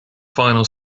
final